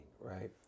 right